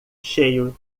cheio